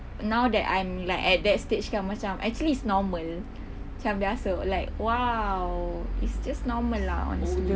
now that I'm like at that stage kan aku macam actually it's normal macam biasa like !wow! it's just normal lah honestly